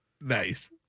Nice